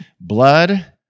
Blood